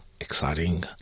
exciting